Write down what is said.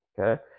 Okay